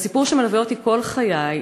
והסיפור שמלווה אותי כל חיי,